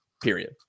Period